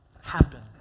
happen